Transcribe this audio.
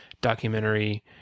documentary